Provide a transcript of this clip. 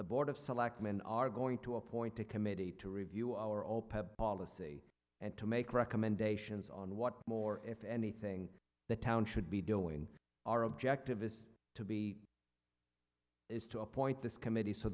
the board of selectmen are going to appoint a committee to review our opec policy and to make recommendations on what more if anything the town should be doing our objective is to be is to appoint this committee so